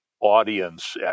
audience